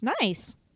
Nice